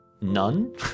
none